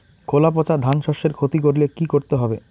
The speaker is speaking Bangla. খোলা পচা ধানশস্যের ক্ষতি করলে কি করতে হবে?